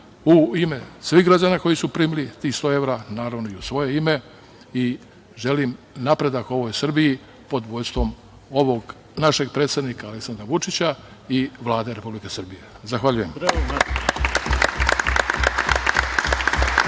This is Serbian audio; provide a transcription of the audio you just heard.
u ime svih građana koji su primili tih 100 evra, a naravno i u svoje ime i želim napredak ovoj Srbiji pod vođstvom našeg predsednika Aleksandra Vučića i Vlade Republike Srbije. Zahvaljujem.